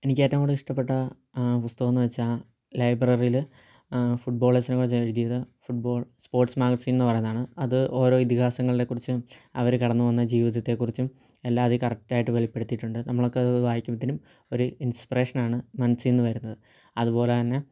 എനിക്ക് ഏറ്റവും കൂടുതൽ ഇഷ്ടപ്പെട്ട പുസ്തകമെന്ന് വെച്ചാൽ ലൈബ്രറിയിൽ ഫുട്ബോളസിനെ കുറിച്ച് എഴുതിയത് ഫുട്ബോൾ സ്പോർട്സ് മാഗസീന്ന് പറയുന്നതാണ് അത് ഓരോ ഇതിഹാസങ്ങളെ കുറിച്ചും അവർ കടന്ന് പോകുന്ന ജീവിതത്തെ കുറിച്ചും എല്ലാം അതിൽ കറക്റ്റായിട്ട് വെളിപ്പെടുത്തിയിട്ടുണ്ട് നമ്മളൊക്കെ അത് വായിക്കുമ്പോഴേക്കും ഒരു ഇൻസ്പിറേഷനാണ് മനസ്സിനു വരുന്നത് അതുപോലെ തന്നെ